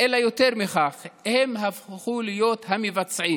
אלא יותר מכך הם הפכו להיות המבצעים.